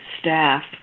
staff